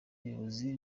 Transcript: ubuyobozi